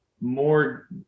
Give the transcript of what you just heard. more